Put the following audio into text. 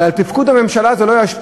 אבל על תפקוד הממשלה זה לא ישפיע.